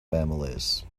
families